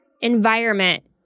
environment